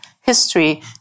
history